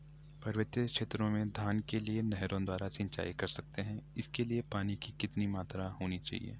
पर्वतीय क्षेत्रों में धान के लिए नहरों द्वारा सिंचाई कर सकते हैं इसके लिए पानी की कितनी मात्रा होनी चाहिए?